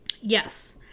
Yes